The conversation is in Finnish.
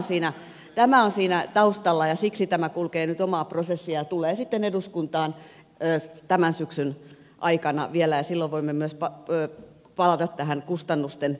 eli tämä on siinä taustalla ja siksi tämä kulkee nyt omaa prosessiaan ja tulee sitten eduskuntaan tämän syksyn aikana vielä ja silloin voimme myös palata tähän kustannusten arviointiin